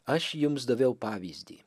aš jums daviau pavyzdį